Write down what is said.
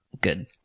good